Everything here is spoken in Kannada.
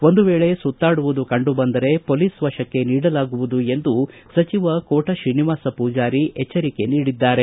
ಒಂದು ವೇಳೆ ಸುತ್ತಾಡುವುದು ಕಂಡು ಬಂದರೆ ಪೊಲೀಸ್ ವಶಕ್ಕೆ ನೀಡಲಾಗುವುದು ಎಂದು ಸಚಿವ ಕೋಟ ಶ್ರೀನಿವಾಸ ಪೂಜಾರಿ ಎಚ್ಚರಿಕೆ ನೀಡಿದ್ದಾರೆ